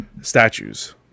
statues